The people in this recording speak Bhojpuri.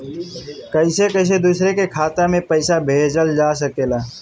कईसे कईसे दूसरे के खाता में पईसा भेजल जा सकेला?